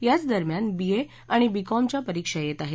याच दरम्यान B A आणि बी कॉम च्या परीक्षा येत आहेत